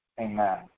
Amen